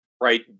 Right